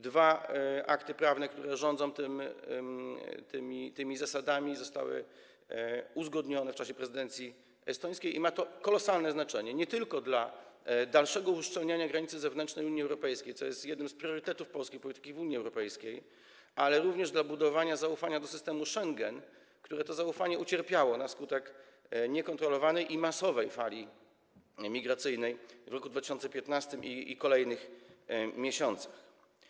Dwa akty prawne, które rządzą tymi zasadami, zostały uzgodnione w czasie prezydencji estońskiej i ma to kolosalne znaczenie nie tylko dla dalszego uszczelniania granicy zewnętrznej Unii Europejskiej, co jest jednym z priorytetów polskiej polityki w Unii Europejskiej, ale również dla budowania zaufania do systemu Schengen, które to zaufanie ucierpiało na skutek niekontrolowanej i masowej fali migracyjnej w roku 2015 i w kolejnych miesiącach.